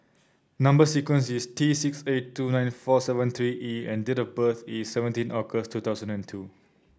number sequence is T six eight two nine four seven three E and date of birth is seventeen August two thousand and two